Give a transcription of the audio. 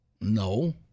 No